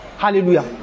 Hallelujah